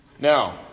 now